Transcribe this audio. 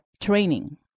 training